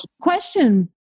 Question